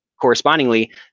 correspondingly